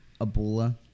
Ebola